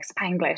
Spanglish